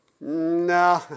No